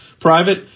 private